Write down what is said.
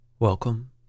Welcome